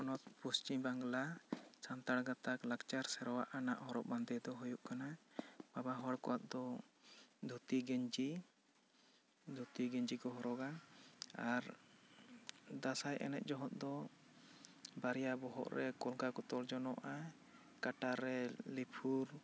ᱤᱧᱟᱹᱜ ᱯᱚᱱᱚᱛ ᱯᱚᱥᱪᱤᱢ ᱵᱟᱝᱞᱟ ᱥᱟᱱᱛᱟᱲ ᱜᱟᱛᱟᱠ ᱞᱟᱠᱪᱟᱨ ᱥᱮᱨᱣᱟ ᱨᱮᱱᱟᱜ ᱦᱚᱨᱚᱜ ᱵᱟᱸᱫᱮ ᱫᱚ ᱦᱩᱭᱩᱜ ᱠᱟᱱᱟ ᱵᱟᱵᱟ ᱦᱚᱲ ᱠᱚᱣᱟᱜ ᱫᱚ ᱫᱷᱩᱛᱤ ᱜᱮᱸᱡᱤ ᱫᱷᱩᱛᱤ ᱜᱮᱸᱡᱤ ᱠᱚ ᱦᱚᱨᱚᱜᱟ ᱟᱨ ᱫᱟᱥᱟᱸᱭ ᱮᱱᱮᱡ ᱡᱚᱦᱚᱜ ᱫᱚ ᱵᱟᱨᱭᱟ ᱵᱚᱦᱚᱜ ᱨᱮ ᱠᱚᱨᱜᱟ ᱠᱚ ᱛᱚᱞ ᱡᱚᱱᱚᱜᱼᱟ ᱠᱟᱴᱟ ᱨᱮ ᱞᱤᱯᱩᱨ